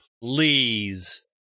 please